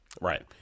Right